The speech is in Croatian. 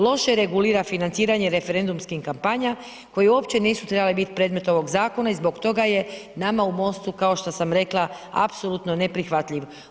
Loše regulira financiranje referendumskih kampanja koje uopće nisu trebale biti predmet ovog zakona i zbog toga je nama u MOST-u, kao što sam rekla, apsolutno neprihvatljiv.